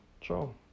Ciao